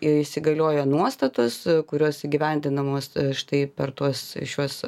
įsigaliojo nuostatos kurios įgyvendinamos štai per tuos šiuos